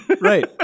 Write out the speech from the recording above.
right